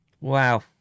Wow